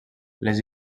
les